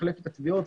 מחלקת התביעות,